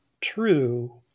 true